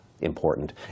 important